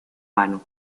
vano